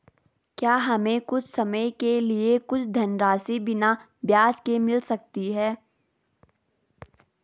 क्या हमें कुछ समय के लिए कुछ धनराशि बिना ब्याज के मिल सकती है?